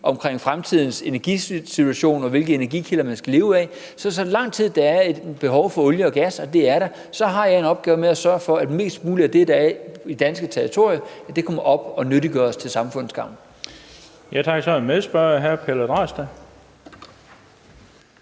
om fremtidens energisituation, og hvilke energikilder vi skal leve med. Så lang tid der er et behov for olie og gas, og det er der, så har jeg en opgave i at sørge for, at mest muligt af det, der er inden for det danske territorium, kommer op og nyttiggøres til samfundets gavn. Kl. 13:53 Den fg. formand (Bent Bøgsted):